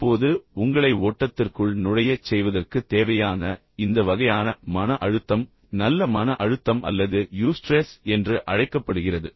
இப்போது உங்களை ஓட்டத்திற்குள் நுழையச் செய்வதற்குத் தேவையான இந்த வகையான மன அழுத்தம் நல்ல மன அழுத்தம் அல்லது யூஸ்ட்ரெஸ் என்று அழைக்கப்படுகிறது